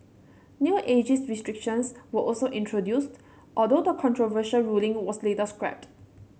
new ageist restrictions were also introduced although the controversial ruling was later scrapped